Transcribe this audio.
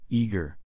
eager